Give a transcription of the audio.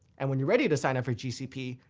and when you're ready to sign up for gcp,